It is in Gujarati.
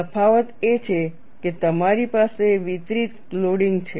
તફાવત એ છે કે તમારી પાસે વિતરિત લોડિંગ છે